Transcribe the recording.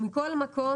מכל מקום,